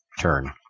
turn